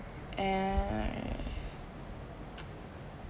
and